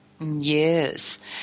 Yes